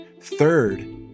Third